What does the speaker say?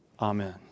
Amen